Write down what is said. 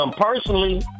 Personally